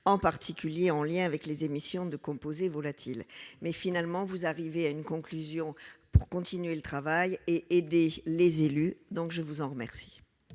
en particulier en lien avec les émissions de composés volatils. » Finalement, vous en arrivez à la conclusion qu'il faut poursuivre le travail et aider les élus. Je vous en remercie.